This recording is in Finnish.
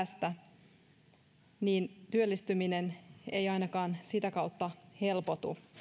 kohtuullisen välimatkan päästä niin työllistyminen ei ainakaan sitä kautta helpotu